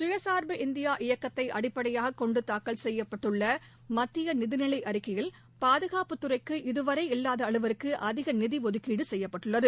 சுயசார்பு இந்தியா இயக்கத்தை அடிப்படையாகக் கொன்டு தாக்கல் செய்யப்பட்டுள்ள மத்திய நிதிநிலை அறிக்கையில் பாதுகாப்புத்துறைக்கு இதுவரை இல்லாத அளவுக்கு அதிக நிதி ஒதுக்கீடு செய்யப்பட்டுள்ளது